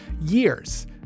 years